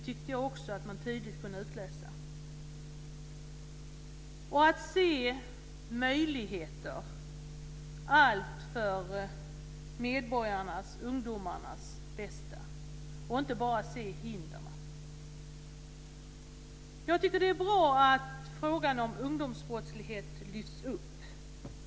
Även detta tycker jag kunde tydligt utläsas. Att se möjligheter handlar det också om - allt för medborgarnas, ungdomarnas, bästa. Man ska inte bara se hindren. Jag tycker att det är bra att frågan om ungdomsbrottslighet lyfts upp.